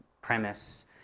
premise